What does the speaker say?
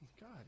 God